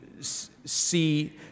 see